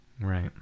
right